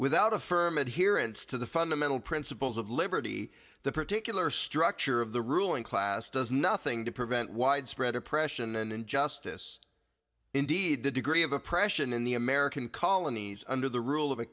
without a firm adherence to the fundamental principles of liberty the particular structure of the ruling class does nothing to prevent widespread oppression and injustice indeed the degree of oppression in the american colonies under the rule of a